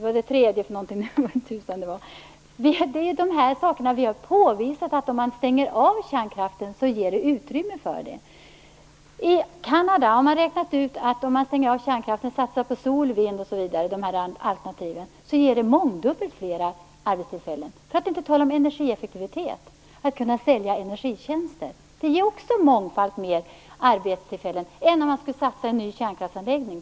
Vi har ju påvisat att om kärnkraften stängs av ger det ett sådant utrymme. I Kanada har man räknat ut att om kärnkraften stängs av och det satsas på sol, vind och andra alternativ, ger det mångdubbelt fler arbetstillfällen - för att inte tala om energieffektiviteten. Det gäller ju att kunna sälja energitjänster. Det ger mångfalt mera än om man t.ex. skulle satsa på en ny kärnkraftsanläggning.